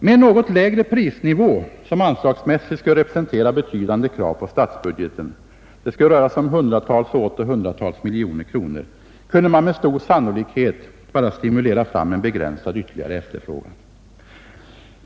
Med en något lägre prisnivå, som anslagsmässigt skulle representera betydande krav på statsbudgeten — det skulle röra sig om hundratals och åter hundratals miljoner kronor — kunde man med stor sannolikhet bara stimulera fram en begränsad ytterligare efterfrågan.